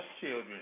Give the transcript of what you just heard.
children